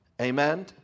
Amen